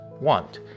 want